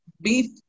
Beef